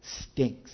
stinks